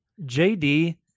JD